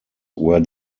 were